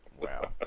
Wow